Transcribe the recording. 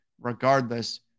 regardless